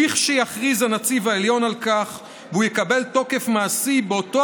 לכשיכריז הנציב העליון על כך והוא יקבל תוקף מעשי באותו